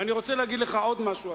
ואני רוצה להגיד לך עוד משהו,